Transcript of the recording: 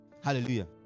Hallelujah